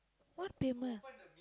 what payment